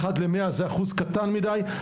אחד למאה זה אחוז קטן מידיי.